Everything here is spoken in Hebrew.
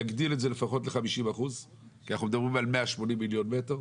להגדיל את זה לפחות ל-50% כי אנחנו מדברים על 180 מיליון מטר.